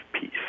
peace